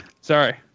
Sorry